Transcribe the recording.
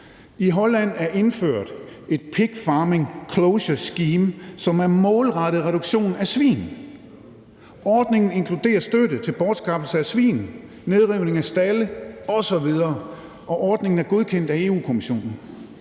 I Holland er der indført et Pig Farming Closure Scheme, som er målrettet reduktion af svin. Ordningen inkluderer støtte til bortskaffelse af svin, nedrivning af stalde osv., og ordningen er godkendt af Europa-Kommissionen.